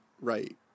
right